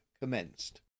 commenced